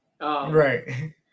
Right